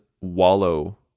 wallow